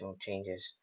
changes